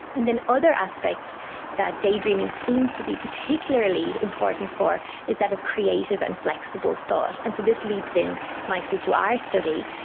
and then other aspects that daydreaming seems to be particularly important for is that of creative and flexible thought. and so this leads in nicely to our study,